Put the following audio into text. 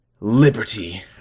Liberty